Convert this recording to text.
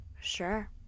Sure